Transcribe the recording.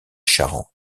charente